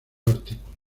artículos